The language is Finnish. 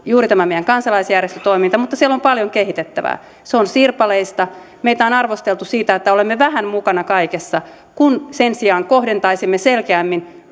juuri tämä meidän kansalaisjärjestötoimintamme mutta siellä on paljon kehitettävää se on sirpaleista meitä on arvosteltu siitä että olemme vähän mukana kaikessa kun sen sijaan kohdentaisimme selkeämmin